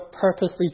purposely